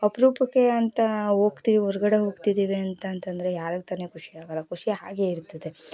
ಅಪರೂಪಕ್ಕೆ ಅಂತ ಹೋಗ್ತೀವಿ ಹೊರ್ಗಡೆ ಹೋಗ್ತಿದ್ದೀವಿ ಅಂತ ಅಂತಂದರೆ ಯಾರಿಗೆ ತಾನೇ ಖುಷಿಯಾಗೋಲ್ಲ ಖುಷಿಯಾಗೇ ಇರ್ತದೆ